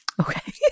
Okay